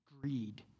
greed